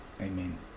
Amen